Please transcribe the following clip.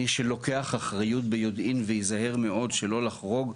שלוקח אחריות ביודעין וייזהר מאוד שלא לחרוג,